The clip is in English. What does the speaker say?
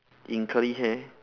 in curly hair